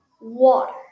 water